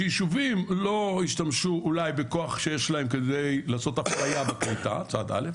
שישובים לא ישתמשו אולי בכוח שיש להם כדי לעשות אפליה בקליטה מצד א',